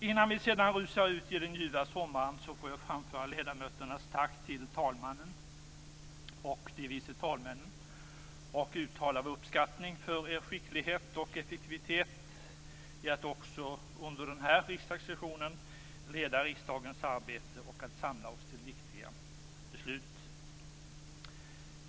Innan vi sedan rusar ut i den ljuva sommaren vill jag framföra ledamöternas tack till talmannen och de vice talmännen och uttala vår uppskattning för er skicklighet och effektivitet i att också under denna riksdagssession leda riksdagens arbete och samla oss till viktiga beslut.